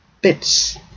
bits